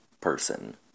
person